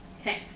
Okay